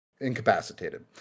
incapacitated